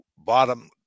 bottom